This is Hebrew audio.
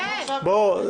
כן, כן.